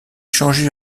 changé